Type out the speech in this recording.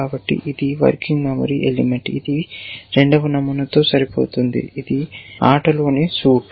కాబట్టి ఇది working memory element ఇది రెండవ నమూనాతో సరిపోతుంది ఇది ఆటలోని సూట్